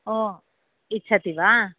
ओ इच्छति वा